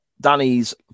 Danny's